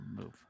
move